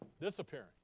Disappearing